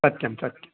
सत्यं सत्यम्